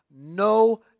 no